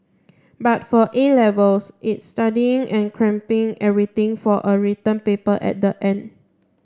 but for A Levels it's studying and cramming everything for a written paper at the end